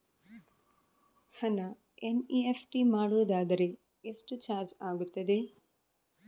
ಹಣ ಎನ್.ಇ.ಎಫ್.ಟಿ ಮಾಡುವುದಾದರೆ ಎಷ್ಟು ಚಾರ್ಜ್ ಆಗುತ್ತದೆ?